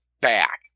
back